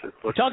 talk